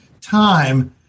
time